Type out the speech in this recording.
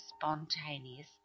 spontaneous